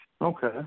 Okay